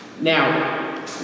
Now